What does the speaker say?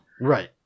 Right